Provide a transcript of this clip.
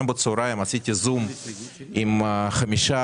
היום בצוהריים עשיתי זום עם חמישה